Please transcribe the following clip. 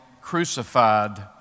crucified